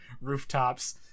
rooftops